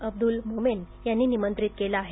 अब्दुल मोमेन यांनी निमंत्रित केले आहे